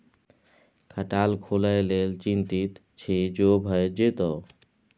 खटाल खोलय लेल चितिंत छी जो भए जेतौ